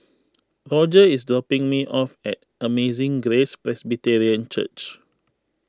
Roger is dropping me off at Amazing Grace Presbyterian Church